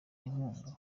inkunga